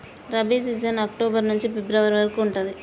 rabi season October నుంచి February వరకు ఉంటది